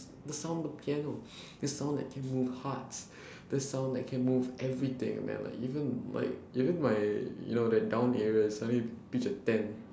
the sound of piano the sound that can move hearts the sound that can move everything and then like even like even my the down area it suddenly pitch a tent